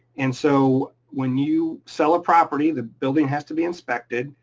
and so, when you sell a property, the building has to be inspected.